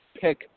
pick